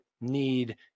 need